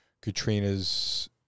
Katrina's